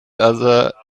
other